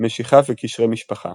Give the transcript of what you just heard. משיכה וקשרי משפחה